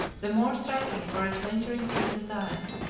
the more striking for its lingering trim design.